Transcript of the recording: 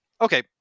Okay